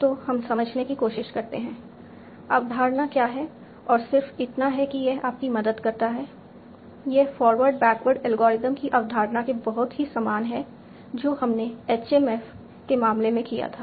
तो हम समझने की कोशिश करते हैं अवधारणा क्या है और सिर्फ इतना है कि यह आपकी मदद करता है यह फॉरवार्ड बैकवर्ड एल्गोरिथ्म की अवधारणा के बहुत ही समान है जो हमने HMF के मामले में किया था